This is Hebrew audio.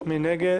אין נמנעים,